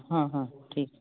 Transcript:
हाँ हाँ ठीक